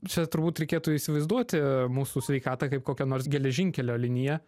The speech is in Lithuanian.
čia turbūt reikėtų įsivaizduoti mūsų sveikatą kaip kokią nors geležinkelio liniją